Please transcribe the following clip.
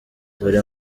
dore